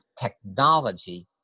technology